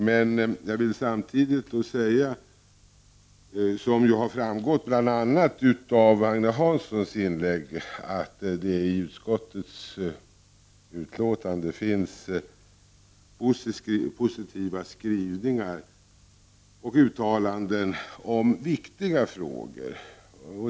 Men jag vill samtidigt säga — det har framgått bl.a. av Agne Hanssons inlägg — att det i utlåtandet finns positiva skrivningar och uttalanden om viktiga frågor.